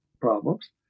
problems